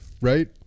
right